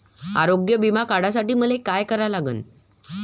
आरोग्य बिमा काढासाठी मले काय करा लागन?